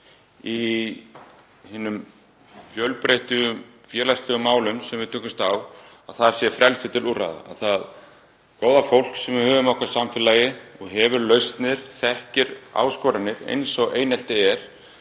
í hinum fjölbreyttu, félagslegu málum, þar sem við tökumst á, að það sé frelsi til úrræða, að það góða fólk sem við höfum í okkar samfélagi og hefur lausnir og þekkir áskoranir eins og einelti er